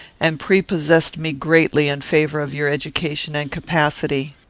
and prepossessed me greatly in favour of your education and capacity.